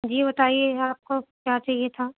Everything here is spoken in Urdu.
جی بتائیے آپ کو کیا چاہیے تھا